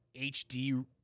HD